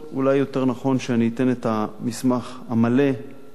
ואולי יותר נכון שאני אתן את המסמך המלא לידי